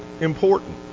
important